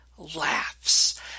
laughs